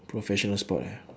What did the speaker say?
professional sport ah